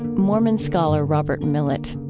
mormon scholar robert millet.